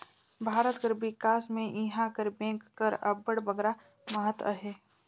भारत कर बिकास में इहां कर बेंक कर अब्बड़ बगरा महत अहे